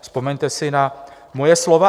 Vzpomeňte si na moje slova.